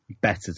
better